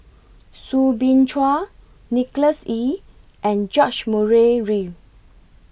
Soo Bin Chua Nicholas Ee and George Murray Reith